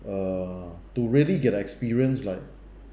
uh to really get experience like